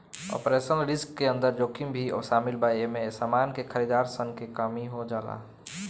operational risk के अंदर जोखिम भी शामिल बा एमे समान के खरीदार सन के कमी हो जाला